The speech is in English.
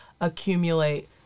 accumulate